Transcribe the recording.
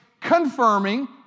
confirming